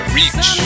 reach